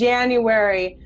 January